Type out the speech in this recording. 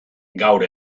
gaur